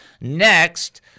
Next